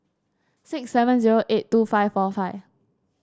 six seven zero eight two five four five